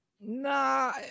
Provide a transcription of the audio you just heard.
Nah